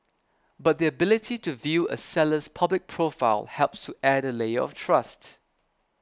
but the ability to view a seller's public profile helps to add a layer of trust